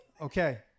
Okay